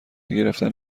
گرفتن